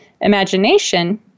imagination